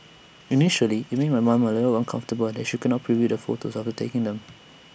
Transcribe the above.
initially IT made my mom A little uncomfortable that she couldn't preview the photos after taking them